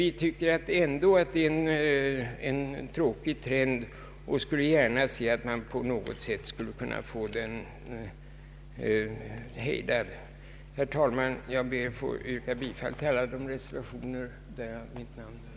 Vi tycker emellertid ändå att trenden mot mindre bostadsytor är tråkig och skulle gärna se att den på något sätt kunde hejdas. Jag ber, herr talman, att få yrka bifall till alla reservationer där herr Bohman står som första namn.